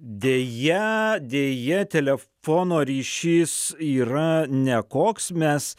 deja deja telefono ryšys yra nekoks mes